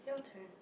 your turn